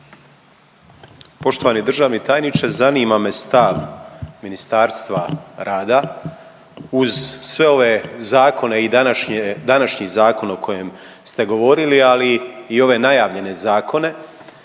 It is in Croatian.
Poštovani državni tajniče zanima me stav Ministarstva rada. Uz sve ove zakone i današnji zakon o kojem ste govorili, ali i ove najavljene zakone